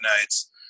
nights